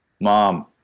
Mom